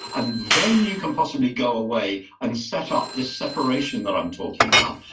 and then you can possibly go away and set up this separation that i'm talking about.